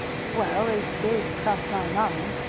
well, it did cross my mind.